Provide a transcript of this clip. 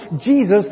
Jesus